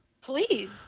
Please